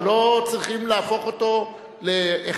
אבל לא צריכים להפוך אותו ליהודי